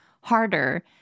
harder